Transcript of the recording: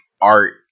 art